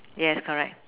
yes correct